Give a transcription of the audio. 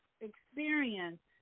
experience